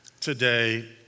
today